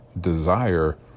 desire